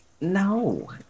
No